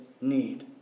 need